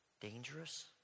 dangerous